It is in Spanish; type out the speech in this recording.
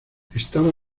estaba